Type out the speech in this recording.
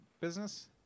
business